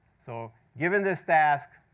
so given this task,